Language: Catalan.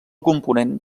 component